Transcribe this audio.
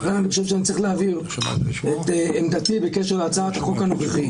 לכן אני חושב שאני צריך להבהיר את עמדתי בקשר להצעת החוק הנוכחית.